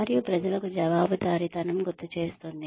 మరియు ప్రజలకు జవాబుదారీతనం గుర్తుచేస్తుంది